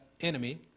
enemy